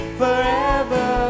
forever